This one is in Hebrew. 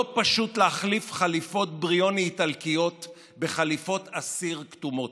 לא פשוט להחליף חליפות בריוני איטלקיות בחליפות אסיר כתומות.